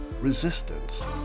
resistance